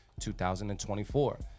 2024